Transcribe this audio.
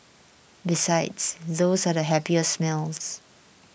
besides those are the happiest smells